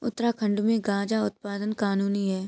उत्तराखंड में गांजा उत्पादन कानूनी है